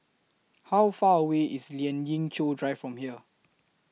How Far away IS Lien Ying Chow Drive from here